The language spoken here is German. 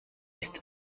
ist